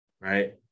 right